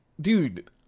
dude